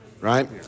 right